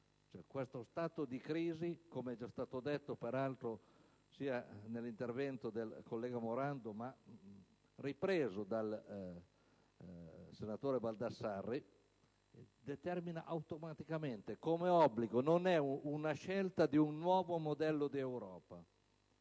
Questo stato di crisi, come è già stato detto peraltro sia dal collega Morando che dal senatore Baldassari, determina automaticamente l'obbligo, e non la scelta, di un nuovo modello d'Europa,